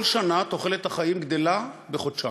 כל שנה תוחלת החיים גדלה בחודשיים.